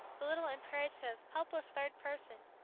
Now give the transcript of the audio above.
the little imperative, helpless third person,